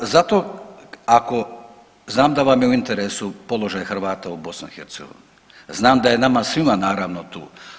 Zato ako, znam da vam je u interesu položaj Hrvata u BiH, znam da je nama svima tu.